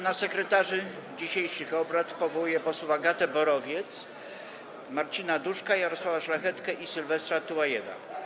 Na sekretarzy dzisiejszych obrad powołuję posłów: Agatę Borowiec, Marcina Duszka, Jarosława Szlachetkę i Sylwestra Tułajewa.